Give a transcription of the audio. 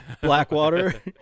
Blackwater